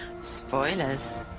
Spoilers